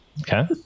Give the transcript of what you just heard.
okay